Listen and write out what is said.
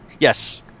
Yes